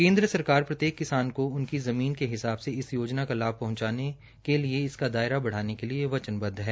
केन्द्र सरकार प्रत्येक किसान को उसकी ज़मीन के हिसाब से इस योजना का लाभ पहचाने के लिए इसका दायरा बढ़ाने के लिए वचनबदध है